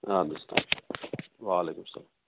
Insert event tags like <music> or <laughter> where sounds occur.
آد حظ <unintelligible> وعلیکُم سلام